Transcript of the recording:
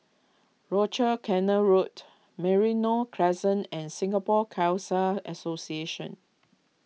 Rochor Canal Road Merino Crescent and Singapore Khalsa Association